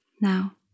now